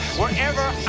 wherever